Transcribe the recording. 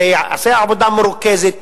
זה יעשה עבודה מרוכזת,